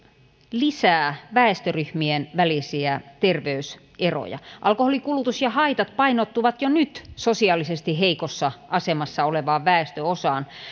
lisää väestöryhmien välisiä terveyseroja alkoholin kulutus ja haitat painottuvat jo nyt sosiaalisesti heikossa asemassa olevaan väestönosaan